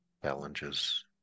challenges